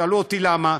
שאלו אותי למה,